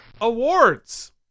awards